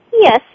Yes